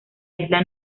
isla